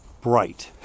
bright